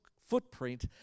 footprint